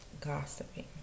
gossiping